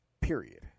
period